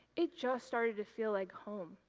it just started to feel like home.